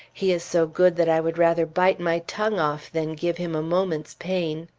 he is so good that i would rather bite my tongue off than give him a moment's pain.